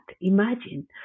Imagine